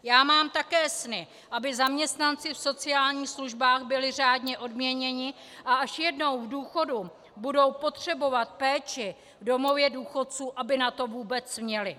Já mám také sny aby zaměstnanci v sociálních službách byli řádně odměněni, a až jednou v důchodu budou potřebovat péči v domově důchodců, aby na to vůbec měli.